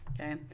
okay